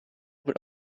would